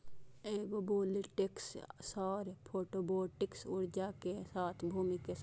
agrovoltaics सौर photovoltaic ऊर्जा के साथ भूमि के समान क्षेत्रक सहविकास करै छै